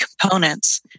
components